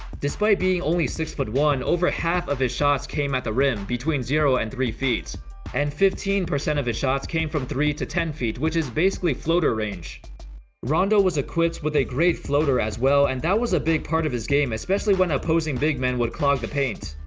despite being only six foot one over half of his shots came at the rim between zero and three feet and fifteen percent of his shots came from three to ten feet which is basically floater range rondo was equipped with a great floater as well and that was a big part of his game especially when opposing big men would clog the paint